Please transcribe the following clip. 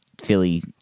Philly